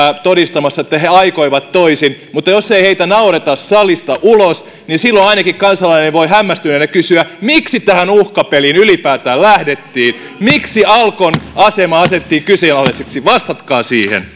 todistamassa että he aikoivat toisin mutta jos ei heitä naureta salista ulos niin silloin ainakin kansalainen voi hämmästyneenä kysyä miksi tähän uhkapeliin ylipäätään lähdettiin miksi alkon asema asetettiin kyseenalaiseksi vastatkaa siihen